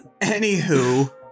Anywho